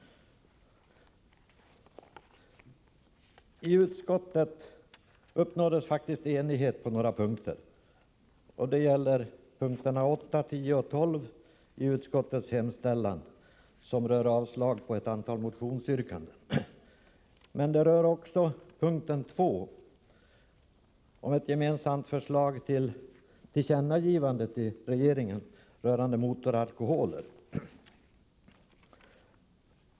I utskottet uppnåddes enighet angående punkterna 8, 10 och 12 i utskottets hemställan. De rör avstyrkande av ett antal motioner. Det råder också enighet om punkt 2, som gäller ett förslag om att riksdagen ger regeringen till känna vad utskottet anfört beträffande motoralkoholer.